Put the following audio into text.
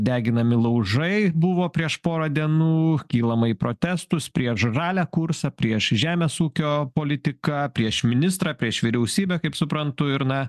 deginami laužai buvo prieš porą dienų kylama į protestus prieš žalę kursą prieš žemės ūkio politiką prieš ministrą prieš vyriausybę kaip suprantu ir na